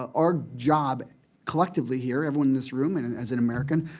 our job collectively here, everyone in this room and and as an american,